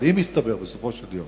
אבל אם יסתבר בסופו של יום